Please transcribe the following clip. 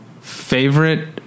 favorite